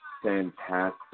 Fantastic